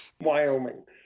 Wyoming